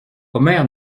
omer